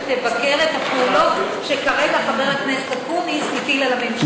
שתבקר את הפעולות שכרגע חבר הכנסת אקוניס הטיל על הממשלה.